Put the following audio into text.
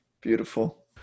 Beautiful